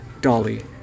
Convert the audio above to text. Dolly